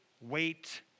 wait